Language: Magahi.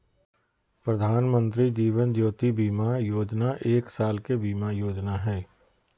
प्रधानमंत्री जीवन ज्योति बीमा योजना एक साल के बीमा योजना हइ